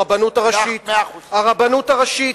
הרבנות הראשית,